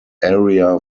area